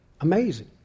Amazing